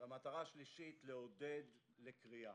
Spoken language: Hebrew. והשלישית - לעודד לקריאה.